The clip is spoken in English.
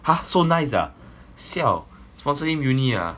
!huh! so nice ah siao sponsor him uni ah